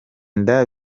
kubaho